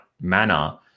manner